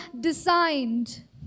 designed